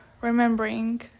remembering